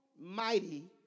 mighty